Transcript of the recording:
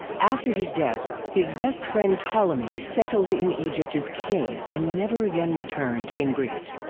after his death, his best friend ptolemy settled in egypt as king and never again returned in greece.